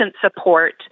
support